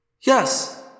Yes